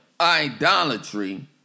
idolatry